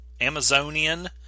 Amazonian